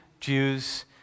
Jews